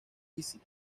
essex